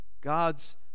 God's